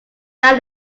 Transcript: down